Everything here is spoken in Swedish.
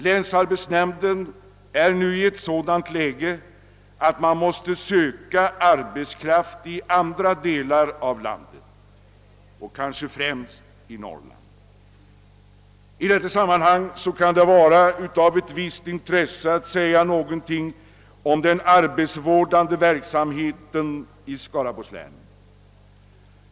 Länsarbetsnämnden är nu i ett sådant läge, att man måste söka arbetskraft i andra delar av landet och kanske främst i Norrland. I detta sammanhang kan det vara av visst intresse att säga något om den arbetsvårdande verksamheten i Skaraborgs län.